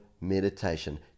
meditation